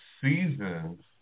seasons